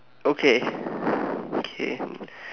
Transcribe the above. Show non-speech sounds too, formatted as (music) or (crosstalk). okay (breath) K